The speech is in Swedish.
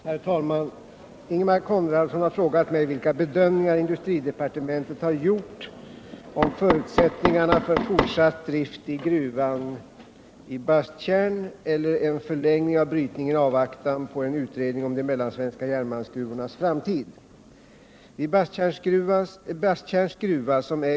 Herr talman! Ingemar Konradsson har frågat mig vilka bedömningar industridepartementet har gjort om förutsättningarna för fortsat drift i gruvan i Basttjärn eller en förlängning av brytningen i avvaktan på en utredning om de mellansvenska järnmalmsgruvornas framtid.